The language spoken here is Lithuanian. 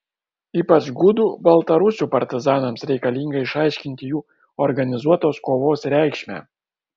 ypač gudų baltarusių partizanams reikalinga išaiškinti jų organizuotos kovos reikšmę